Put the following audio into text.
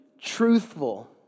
truthful